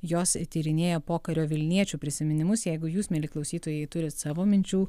jos tyrinėja pokario vilniečių prisiminimus jeigu jūs mieli klausytojai turit savo minčių